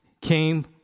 came